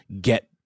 get